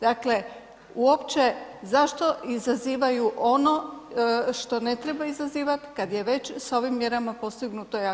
Dakle, uopće, zašto izazivaju ono što ne treba izazivati, kad je već s ovim mjerama postignuto jako puno?